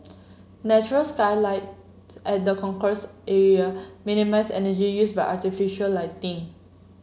natural skylights at the concourse area minimise energy used by artificial lighting